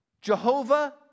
Jehovah